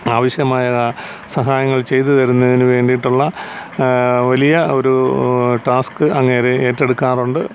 ആവശ്യമായ സഹായങ്ങൾ ചെയ്തു തരുന്നതിന് വേണ്ടിയിട്ടുള്ള വലിയ ഒരൂ ടാസ്ക്ക് അങ്ങേര് ഏറ്റെടുക്കാറുണ്ട്